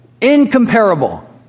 Incomparable